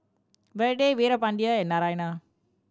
Vedre Veerapandiya and Naraina